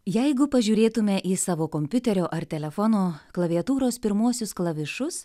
jeigu pažiūrėtume į savo kompiuterio ar telefono klaviatūros pirmuosius klavišus